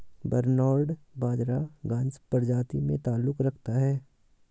barnyard बाजरा घांस प्रजाति से ताल्लुक रखता है